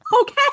okay